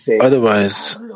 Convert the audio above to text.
Otherwise